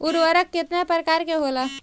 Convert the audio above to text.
उर्वरक केतना प्रकार के होला?